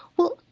well,